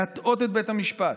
להטעות את בית המשפט,